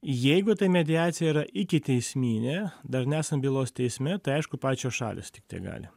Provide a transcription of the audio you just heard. jeigu tai mediacija yra ikiteisminė dar nesant bylos teisme tai aišku pačios šalys tik tegali